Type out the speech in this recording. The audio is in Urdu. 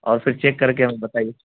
اور پھر چیک کر کے ہمیں بتائیے